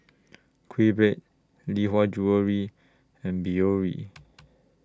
QBread Lee Hwa Jewellery and Biore